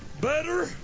Better